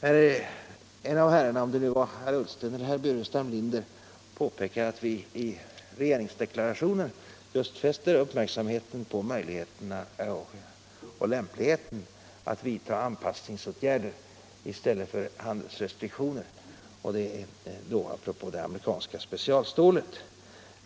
Någon av herrarna — jag minns inte om det var herr Ullsten eller herr Burenstam Linder — påpekade att vi i regeringsdeklarationen apropå det amerikanska specialstålet just fäster uppmärksamheten på möjligheterna och lämpligheten att vidta anpassningsåtgärder i stället för att införa handelsrestriktioner.